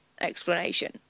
explanation